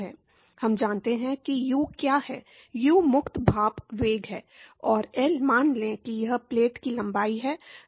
हम जानते हैं कि यू क्या है यू मुक्त भाप वेग है और एल मान लें कि यह प्लेट की लंबाई है